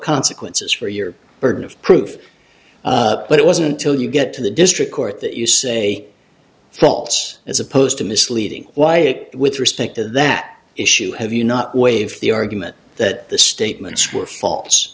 consequences for your burden of proof but it wasn't till you get to the district court that you say faults as opposed to misleading why it with respect to that issue have you not waved the argument that the statements were fa